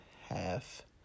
Half